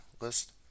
list